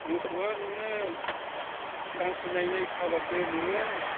मोसौआ नोङो गांसो नायै नायै खाब्लासो नोङो